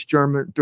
German